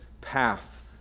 path